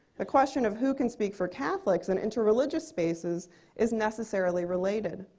the question of who can speak for catholics in interreligious spaces is necessarily related.